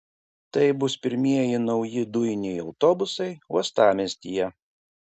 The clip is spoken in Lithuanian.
tai bus pirmieji nauji dujiniai autobusai uostamiestyje